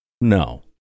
No